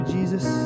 Jesus